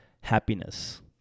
happiness